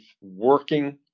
working